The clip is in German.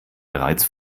bereits